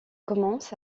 commence